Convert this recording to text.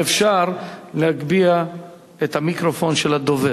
אם אפשר, להגביה את המיקרופון של הדובר.